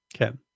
okay